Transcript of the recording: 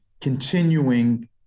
continuing